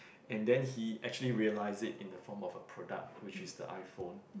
and then he actually realise it in the form of a product which is the iPhone